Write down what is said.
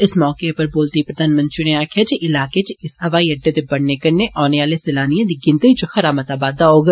इस मौके उप्पर बोलदे होई प्रधानमंत्री होरें आक्खेआ जे इलाके च इस हवाई अड्डे दे बनने कन्नै ओने आले सैलानिएं दी गिनतरी च खरा मता बाद्दा होग